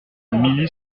milly